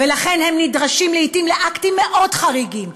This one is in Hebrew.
ולכן הם נדרשים לעתים לאקטים מאוד חריגים,